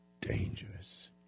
dangerous